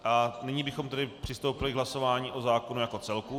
A nyní bychom přistoupili k hlasování o zákonu jako celku.